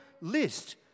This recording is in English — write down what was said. list